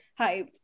hyped